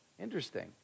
interesting